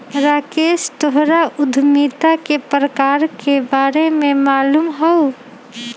राकेश तोहरा उधमिता के प्रकार के बारे में मालूम हउ